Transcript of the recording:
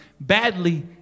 badly